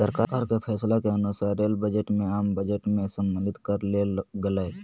सरकार के फैसला के अनुसार रेल बजट के आम बजट में सम्मलित कर लेल गेलय